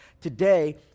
today